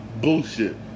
Bullshit